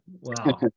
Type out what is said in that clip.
wow